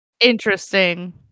interesting